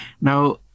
Now